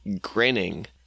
grinning